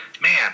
man